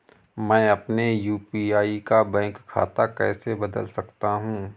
मैं अपने यू.पी.आई का बैंक खाता कैसे बदल सकता हूँ?